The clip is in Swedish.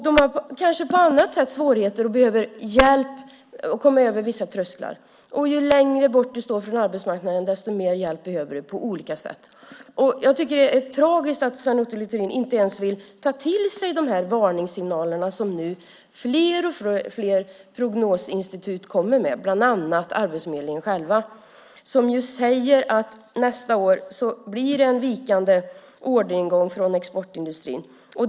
De har kanske på annat sätt svårigheter och behöver hjälp att komma över vissa trösklar. Ju längre bort du står från arbetsmarknaden desto mer hjälp behöver du på olika sätt. Det är tragiskt att Sven Otto Littorin inte ens vill ta till sig varningssignalerna som nu allt fler prognosinstitut kommer med och bland annat Arbetsförmedlingen själv. De säger att det nästa år blir en vikande orderingång från exportindustrin.